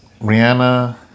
Rihanna